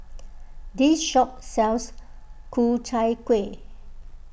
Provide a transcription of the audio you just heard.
this shop sells Ku Chai Kuih